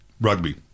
rugby